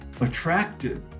attracted